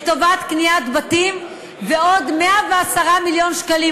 מיליארד לטובת קניית בתים ועוד 110 מיליון שקלים